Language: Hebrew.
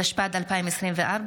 התשפ"ד 2024,